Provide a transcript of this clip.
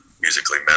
musically